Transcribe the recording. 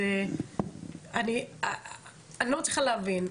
אני לא מצליחה להבין.